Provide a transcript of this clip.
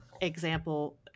example